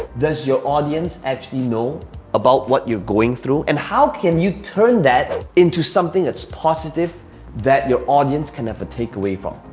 does your audience actually know about what you're going through? and how can you turn that into something that's positive that your your audience can have a take away from,